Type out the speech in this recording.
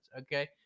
Okay